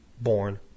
born